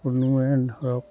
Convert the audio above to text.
কোনোৱে ধৰক